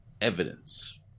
evidence